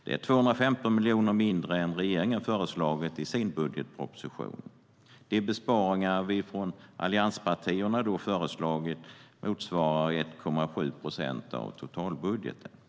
Det är 215 miljoner mindre än regeringen har föreslagit i sin budgetproposition. De besparingar vi från allianspartierna har föreslagit motsvarar 1,7 procent av totalbudgeten.